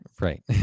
Right